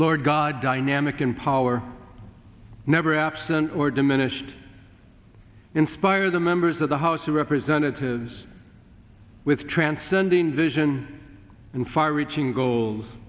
lord god dynamic in power never absent or diminished inspire the members of the house of representatives with transcending vision and far reaching goals